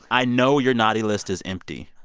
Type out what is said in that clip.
i know your naughty list is empty.